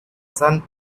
sun